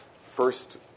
first